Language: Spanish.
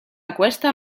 acuesta